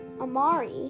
Amari